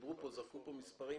זרקו מספרים